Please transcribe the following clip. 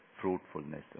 fruitfulness